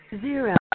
Zero